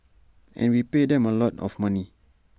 and we pay them A lot of money